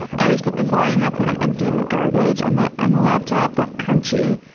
i always put the volume up when i'm emptying the garbage on the on the laptop, that crunchy